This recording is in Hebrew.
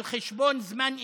על חשבון זמן אישי,